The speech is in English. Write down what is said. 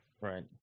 Right